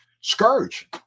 scourge